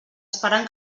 esperant